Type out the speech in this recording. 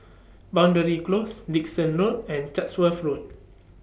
Boundary Close Dickson Road and Chatsworth Road